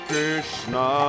Krishna